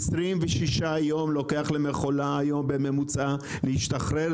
היום לוקח למכולה 26 יום בממוצע להשתחרר,